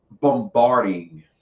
bombarding